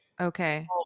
Okay